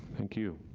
thank you.